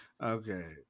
Okay